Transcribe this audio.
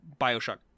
Bioshock